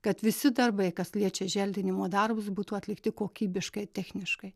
kad visi darbai kas liečia želdinimo darbus būtų atlikti kokybiškai techniškai